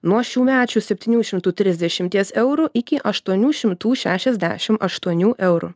nuo šiųmečių septynių šimtų trisdešim eurų iki aštuonių šimtų šešiasdešim aštuonių eurų